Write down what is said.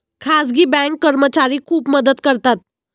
खाजगी बँक कर्मचारी खूप मदत करतात